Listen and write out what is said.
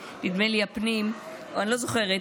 נדמה לי בוועדת הפנים או אני לא זוכרת,